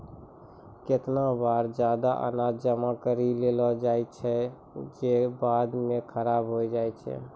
केतना बार जादा अनाज जमा करि लेलो जाय छै जे बाद म खराब होय जाय छै